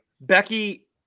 Becky